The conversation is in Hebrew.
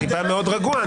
אני בא מאוד רגוע.